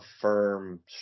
firm